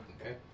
Okay